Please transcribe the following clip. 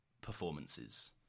performances